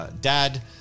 Dad